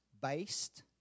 based